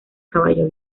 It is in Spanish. caballo